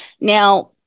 Now